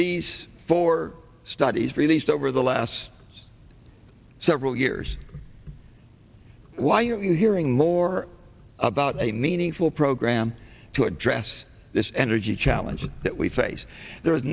these four studies released over the last several years why are we hearing more about a meaningful program to address this energy challenge that we face there